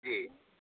जी